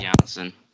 Johnson